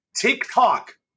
TikTok